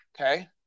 okay